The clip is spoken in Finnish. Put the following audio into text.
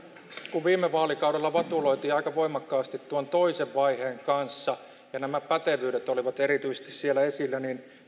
kun viime vaalikaudella vatuloitiin aika voimakkaasti tuon toisen vaiheen kanssa ja nämä pätevyydet olivat erityisesti siellä esillä